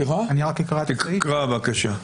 תקרא, בבקשה.